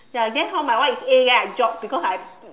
ya then hor my one is A right then I drop because I